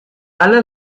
alle